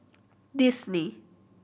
Disney